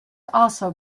also